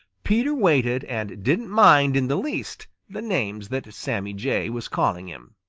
peter waited and didn't mind in the least the names that sammy jay was calling him.